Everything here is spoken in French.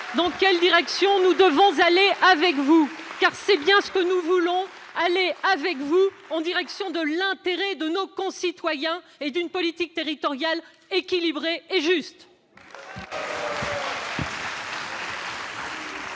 dans quelle direction nous devons aller avec vous ? Car c'est bien ce que nous voulons : aller avec vous, mais en direction de l'intérêt de nos concitoyens, et d'une politique territoriale équilibrée et juste.